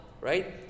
right